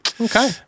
Okay